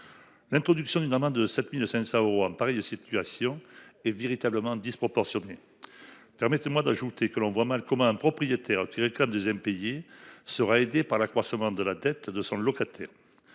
L'introduction d'une amende de 7500 euros en pareille situation est véritablement disproportionnée. Permettez-moi d'ajouter que l'on voit mal comment un propriétaire qui réclame des impayés sera aidé par l'accroissement de la dette de 100 locataire.